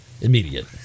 immediate